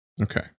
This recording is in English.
Okay